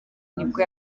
nibwo